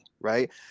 right